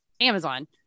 Amazon